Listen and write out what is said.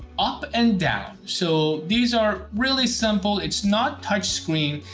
up and down. so these are really simple, it's not touchscreen.